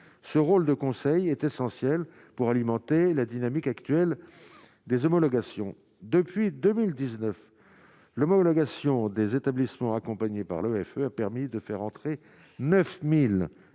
ce rôle de conseil est essentielle pour alimenter la dynamique actuelle des homologations depuis 2019 l'homologation des établissements, accompagnée par l'OFCE a permis de faire entrer 9000